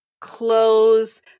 clothes